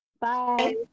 Bye